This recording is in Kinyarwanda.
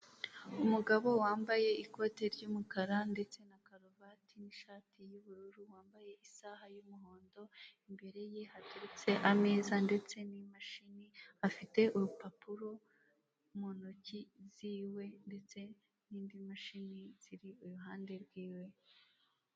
Iyi ni inzu ikoreramo ikigo kizwi cyane mu Rwanda mu gutanga ubwishingizi, gikoresha amabara y'umweru n'ubururu kandi gitanga ubwishingizi bw'ubuzima, si ubuzima gusa kandi batanga ubwishingizi ku bintu bigiye bitandukanye, imitungo mu gihe umuntu imitungo yahuye n'ikibazo cyangwa se ikinyabiziga cye cyahuye n'impanuka baramufasha kugirango yongere asubirane ibyo yahombye.